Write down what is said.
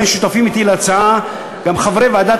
ולכן שותפים אתי להצעה גם חברי ועדת